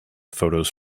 photos